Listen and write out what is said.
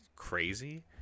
Crazy